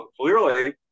clearly